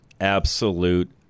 absolute